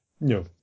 No